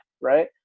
right